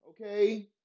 Okay